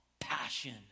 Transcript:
Passion